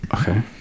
okay